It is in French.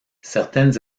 certaines